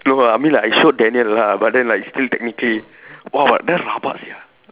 no lah I mean like I showed Danial lah but then like still technically !whoa! damn rabak sia